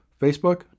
Facebook